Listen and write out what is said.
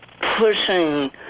pushing